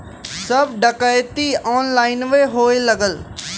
सब डकैती ऑनलाइने होए लगल